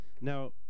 Now